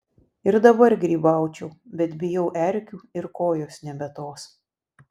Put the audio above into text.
ir dabar grybaučiau bet bijau erkių ir kojos nebe tos